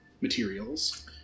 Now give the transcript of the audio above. materials